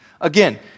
Again